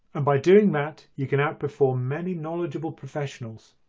ah by doing that you can outperform many knowledgeable professionals.